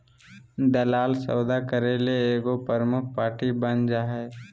दलाल सौदा करे ले एगो प्रमुख पार्टी बन जा हइ